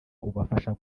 ubafasha